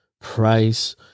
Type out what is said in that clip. price